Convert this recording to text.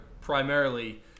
primarily